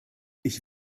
ich